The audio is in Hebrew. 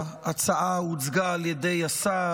הצעה הוצגה על ידי השר.